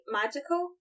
magical